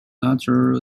larger